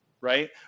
right